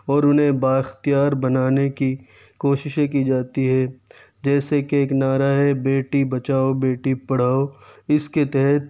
اور انہیں با اختیار بنانے کی کوششیں کی جاتی ہے جیسے کہ ایک نعرہ ہے بیٹی بچاؤ بیٹی پڑھاؤ اس کے تحت